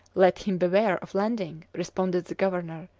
let him beware of landing, responded the governor,